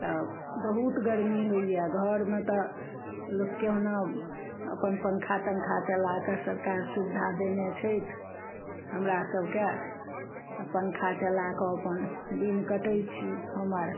तऽ बहुत गरमी होइए घरमे तऽ लोक कहुना अपन पङ्खा तङ्खा चलाके सरकार सुविधा देने छथि हमरा सबके तऽ पङ्खा चलाके अपन दिन कटय छी हम आर